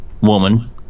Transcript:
woman